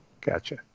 gotcha